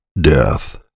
Death